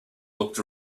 looked